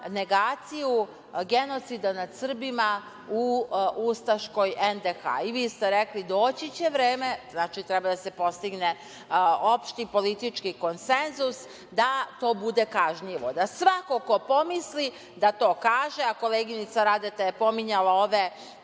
negaciju genocida nad Srbima u ustaškoj NDH. I vi ste rekli - doći će vreme. Znači treba da se postigne opšti politički konsenzus da to bude kažnjivo, da svako ko pomisli da to kaže, a koleginica Radeta je pominjala ove